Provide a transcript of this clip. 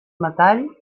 metall